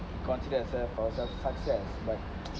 consider ourselves success but